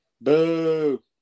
Boo